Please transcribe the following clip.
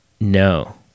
No